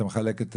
אתה מחלק?